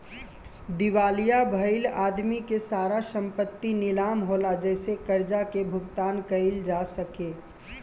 दिवालिया भईल आदमी के सारा संपत्ति नीलाम होला जेसे कर्जा के भुगतान कईल जा सके